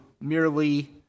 merely